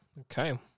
Okay